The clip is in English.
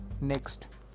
next